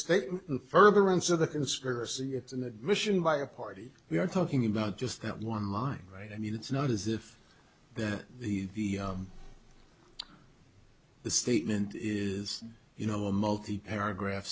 state in furtherance of the conspiracy it's an admission by a party we are talking about just that one line right i mean it's not as if that the the statement is you know a multi paragraph